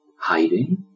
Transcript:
hiding